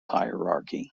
hierarchy